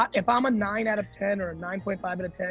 um if i'm a nine out of ten, or a nine point five outta ten,